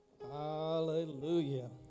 hallelujah